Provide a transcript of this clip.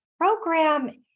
program